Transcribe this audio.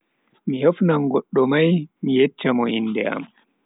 Mi hofnan goddo mai mi yeccha mo inde am.